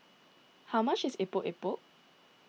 how much is Epok Epok